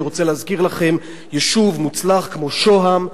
אני רוצה להזכיר לכם יישוב מוצלח כמו שוהם,